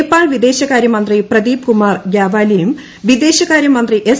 നേപ്പാൾ വിദ്ദേശകാര്യ മന്ത്രി പ്രദീപ് കുമാർ ഗ്യാവാലിയും വിദേശകാര്യമുന്തി ് എസ്